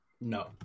No